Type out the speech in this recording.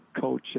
Coach